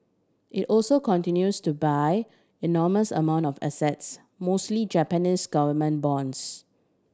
it also continues to buy enormous amount of assets mostly Japanese government bonds